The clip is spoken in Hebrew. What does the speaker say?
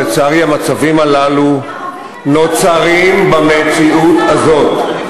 לצערי המצבים הללו נוצרים במציאות הזאת.